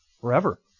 forever